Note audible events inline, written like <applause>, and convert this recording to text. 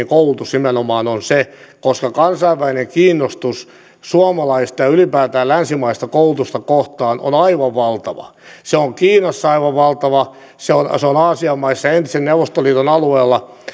<unintelligible> koulutus nimenomaan on se koska kansainvälinen kiinnostus suomalaista ja ylipäätään länsimaista koulutusta kohtaan on aivan valtava se on kiinassa aivan valtava se on se on aasian maissa entisen neuvostoliiton alueella